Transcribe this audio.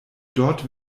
dort